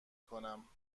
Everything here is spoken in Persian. کنم